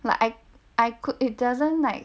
like I I could it doesn't like